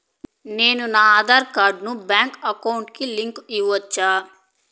నేను నా ఆధార్ కార్డును బ్యాంకు అకౌంట్ కి లింకు ఇవ్వొచ్చా?